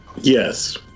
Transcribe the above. Yes